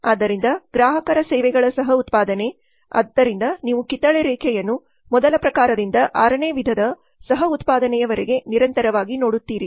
ಆದ್ದರಿಂದ ಗ್ರಾಹಕರ ಸೇವೆಗಳ ಸಹ ಉತ್ಪಾದನೆ ಆದ್ದರಿಂದ ನೀವು ಕಿತ್ತಳೆ ರೇಖೆಯನ್ನು ಮೊದಲ ಪ್ರಕಾರದಿಂದ ಆರನೇ ವಿಧದ ಸಹ ಉತ್ಪಾದನೆಯವರೆಗೆ ನಿರಂತರವಾಗಿ ನೋಡುತ್ತೀರಿ